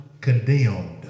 Condemned